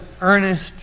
earnest